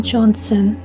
Johnson